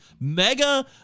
mega